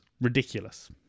ridiculous